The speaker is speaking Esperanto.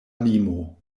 limo